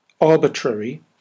arbitrary